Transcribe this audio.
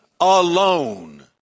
alone